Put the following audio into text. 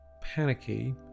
panicky